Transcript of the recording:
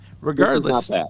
regardless